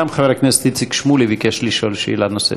גם חבר הכנסת איציק שמולי ביקש לשאול שאלה נוספת.